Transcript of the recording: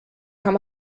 kann